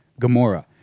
Gamora